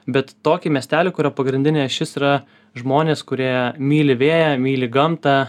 bet tokį miestelį kurio pagrindinė ašis yra žmonės kurie myli vėją myli gamtą